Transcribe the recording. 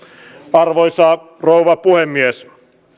arvoisa rouva puhemies